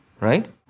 right